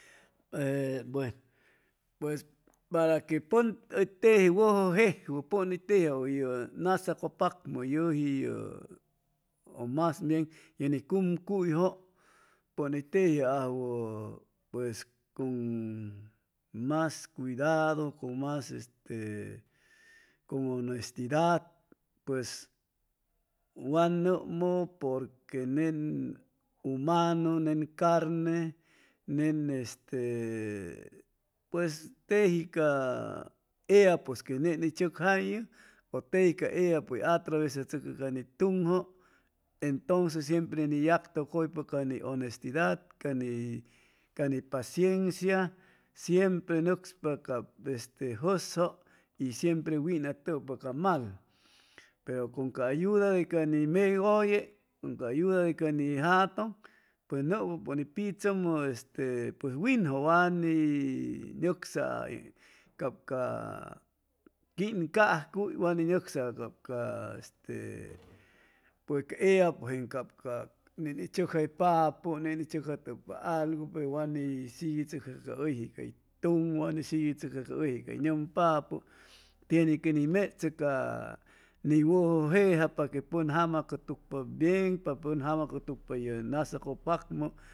E bueno pues para que pʉn hʉ teji wʉjʉ jejwʉ pʉn hʉy tejiajwʉ ye nas acʉpacjʉ como yʉji yʉ o mas bien ye ni cumcuyjʉ pʉn hʉy tejiajwʉ pues con mas cuidado con mas este con honestidad pues wa nʉmʉ por que nen humanu nen carne nen este pues teji ellapʉ que nen ni chʉcjayʉ teji ca allapʉ hʉy ni atrasachʉcʉ ca ni tuŋjʉ enytonces shempre ni yactʉcʉypa caŋi honestidad ca ni cani paciencia siempre nʉcspa jʉsjʉ y siempre winatʉpa ca mal pero con ca ayuda de ca ni megʉye ca ayuda e ca ni jatʉŋ nʉmʉypa pʉn hʉy pichʉmʉ de puej winjʉ wa ni nʉcsaa capʉ ca quincaycuy wa ni nʉcsaʉ ca este pues ca ellapʉ jeeŋ ne ni checjaypapʉ ne ni tzʉcjatʉpa algu pe wa ni sihichʉcja ca ʉyje hʉy tuŋwa ni siguichʉcja ca ʉyge cay nʉmpapʉ tiene que ni mechʉ ca ca ni wʉjʉ jeja para que pʉn jama cʉtucpa bien pa pʉn jama cʉtucpa ye nas acʉpacjʉ